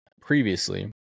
previously